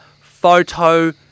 photo